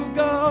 go